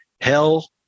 Hell